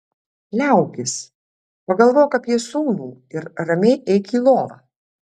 liaukis pagalvok apie sūnų ir ramiai eik į lovą